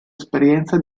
esperienza